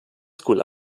school